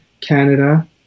Canada